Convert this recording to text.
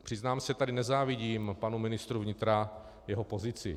Přiznám se tady, nezávidím panu ministru vnitra jeho pozici.